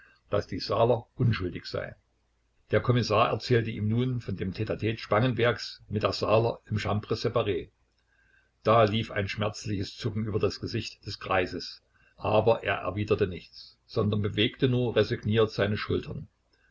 daß die saaler unschuldig sei der kommissar erzählte ihm nun von dem tte tte spangenbergs mit der saaler im chambre separe da lief ein schmerzliches zucken über das gesicht des greises aber er erwiderte nichts sondern bewegte nur resigniert seine schultern